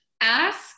ask